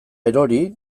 erori